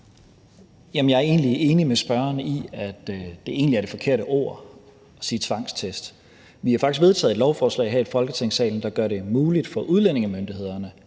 jeg er egentlig enig med spørgeren i, at det er det forkerte ord at sige tvangstest. Vi har faktisk vedtaget et lovforslag her i Folketingssalen, der gør det muligt for udlændingemyndighederne